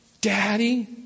Daddy